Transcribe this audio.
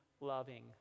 loving